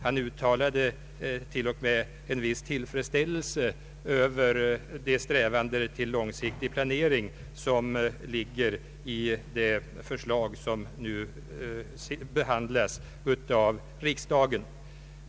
Han uttalade t.o.m. en viss tillfredsställelse över de strävanden till långsiktig planering som ligger i det förslag som nu behandlas av riksdagen.